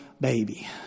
baby